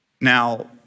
Now